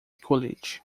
colete